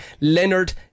Leonard